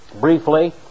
Briefly